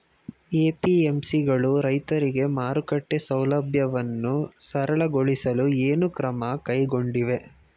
APMC ಗಳು ರೈತರಿಗೆ ಮಾರುಕಟ್ಟೆ ಸೌಲಭ್ಯವನ್ನು ಸರಳಗೊಳಿಸಲು ಏನು ಕ್ರಮ ಕೈಗೊಂಡಿವೆ?